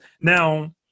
Now